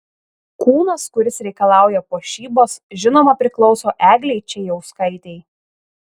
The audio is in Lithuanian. kūnas kuris reikalauja puošybos žinoma priklauso eglei čėjauskaitei